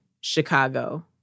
Chicago